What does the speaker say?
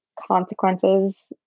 consequences